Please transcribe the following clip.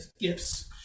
gifts